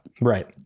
right